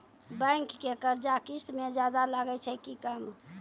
Bank के कर्जा किस्त मे ज्यादा लागै छै कि कम?